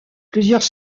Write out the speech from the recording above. plusieurs